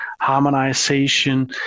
harmonization